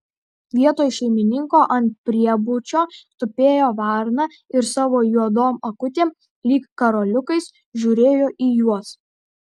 vietoj šeimininko ant priebučio tupėjo varna ir savo juodom akutėm lyg karoliukais žiūrėjo į juos